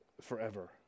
forever